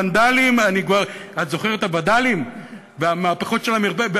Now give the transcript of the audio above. "ונדלים" את זוכרת את הווד"לים והמהפכות של המרפסת,